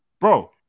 Bro